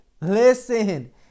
listen